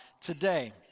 today